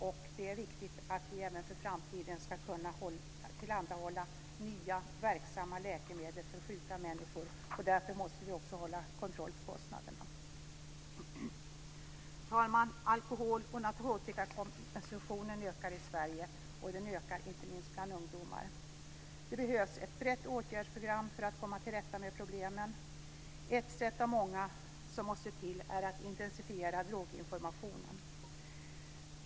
Det är viktigt att vi även i framtiden ska kunna tillhandahålla nya verksamma läkemedel för sjuka människor. Därför måste vi också hålla kostnaderna under kontroll. Herr talman! Alkohol och narkotikakonsumtionen ökar i Sverige, inte minst bland ungdomar. Det behövs ett brett åtgärdsprogram för att komma till rätta med problemen. Ett sätt av många som måste till är att intensifiera droginformationen.